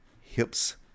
hips